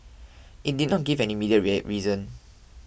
it did not give any immediate rare reason